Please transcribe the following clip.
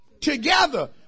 together